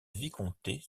vicomté